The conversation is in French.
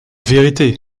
vérité